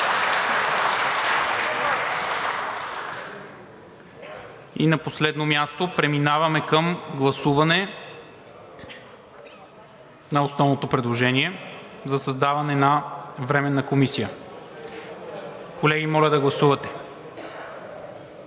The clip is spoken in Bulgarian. И на последно място, преминаваме към гласуване на основното предложение – за създаване на Временна комисия. Гласували